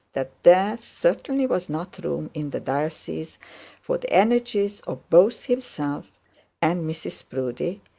that there certainly was not room in the diocese for the energies of both himself and mrs proudie,